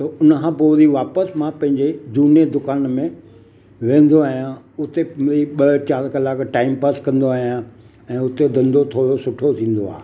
त हुन खां पोइ वरी वापसि मां पंहिंजे झूने दुकान में विहंदो आहियां उते मिड़ेई ॿ चारि कलाक टाइम पास कंदो आहियां ऐं उते धंधो थोरो सुठो थींदो आहे